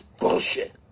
Bullshit